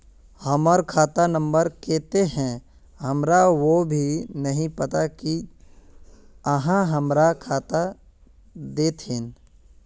हमर खाता नम्बर केते है हमरा वो भी नहीं पता की आहाँ हमरा बता देतहिन?